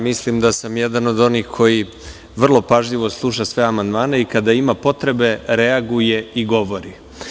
Mislim da sam jedan od onih koji vrlo pažljivo sluša sve amandmane i kada ima potrebe reaguje i govori.